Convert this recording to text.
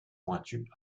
pointues